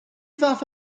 ddaeth